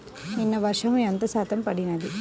నిన్న వర్షము ఎంత శాతము పడినది?